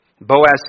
Boaz